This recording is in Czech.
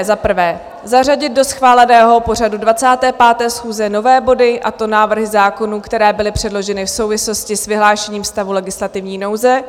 Za prvé zařadit do schváleného pořadu 25. schůze nové body, a to návrhy zákonů, které byly předloženy v souvislosti s vyhlášením stavu legislativní nouze.